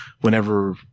whenever